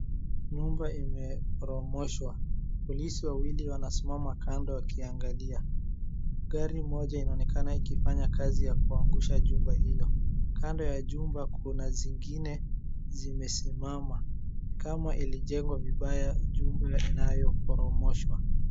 Nyumba imeporomoshwa. Polisi wawili wanasimama kando wakiangalia. Gari moja inaonekana ikifanya kazi ya kungusha jumba hilo. Kando ya jumba kuna zingine zimesimama. Kama ilijengwa vibaya jumba inayoporomoshwa.